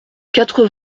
quatre